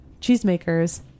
cheesemakers